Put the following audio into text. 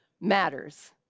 matters